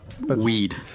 Weed